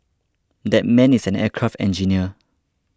that man is an aircraft engineer